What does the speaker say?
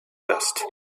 dust